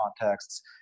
contexts